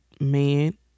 man